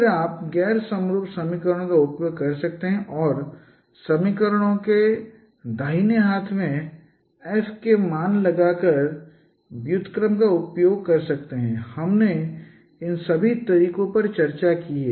फिर आप गैर समरूप समीकरणों का उपयोग कर सकते हैं और समीकरणों के दाहिने हाथ में f के मान लगाकर व्युत्क्रम का उपयोग कर सकते हैं हमने इन सभी तरीकों पर चर्चा की है